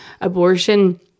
abortion